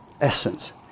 Essence